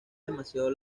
demasiado